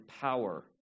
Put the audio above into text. power